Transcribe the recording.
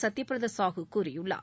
சத்யபிரத சாஹூ கூறியுள்ளார்